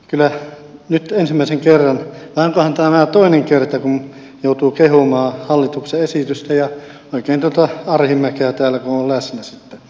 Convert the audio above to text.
kyllä nyt ensimmäisen kerran vai onkohan tämä jo toinen kerta joutuu kehumaan hallituksen esitystä ja oikein tuota arhinmäkeä täällä kun on läsnä